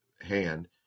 hand